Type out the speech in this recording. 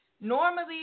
Normally